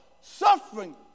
suffering